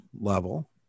level